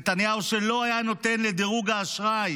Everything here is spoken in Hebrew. נתניהו שלא היה נותן לדירוג האשראי